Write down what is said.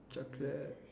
chocolate